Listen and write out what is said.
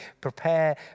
prepare